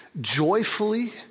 joyfully